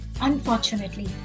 unfortunately